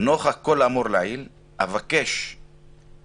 "נוכח כל האמור לעיל אבקש להתריע